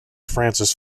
frances